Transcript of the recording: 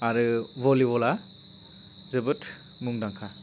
आरो भलिबलआ जोबोद मुंदांखा